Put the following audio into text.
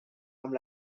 amb